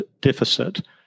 deficit